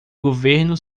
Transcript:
governo